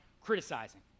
criticizing